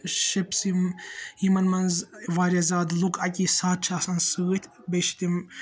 ships یِم یِمَن منٛز واریاہ زیادٕ لُکھ اَکے ساتہٕ چھ آسان سۭتۍ بیٚیہ چھِ تِم